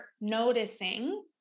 noticing